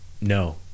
No